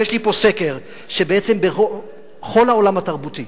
יש לי פה סקר שבעצם בכל העולם התרבותי